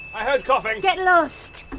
i heard coughing. get lost!